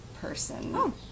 person